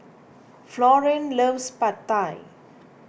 Florene loves Pad Thai